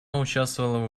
участвовала